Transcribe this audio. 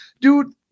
dude